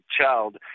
child